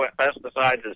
pesticides